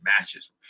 matches